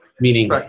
meaning